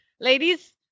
ladies